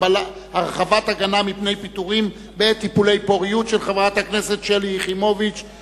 הגבלת פיטורים בשל טיפולי הפריה חוץ-גופית או פוריות),